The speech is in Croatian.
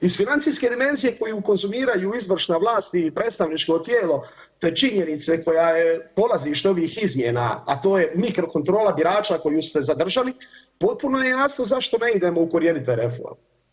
Iz financijske dimenzije koju konzumiraju izvršna vlast i predstavničko tijelo, te činjenice koja je polazište ovih izmjena, a to je mikro kontrola birača koju ste zadržali, potpuno je jasno zašto ne idemo u korjenite reforme.